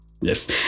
Yes